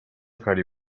کاری